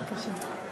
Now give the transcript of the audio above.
בבקשה.